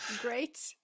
Great